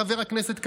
חבר הכנסת כהנא,